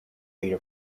leader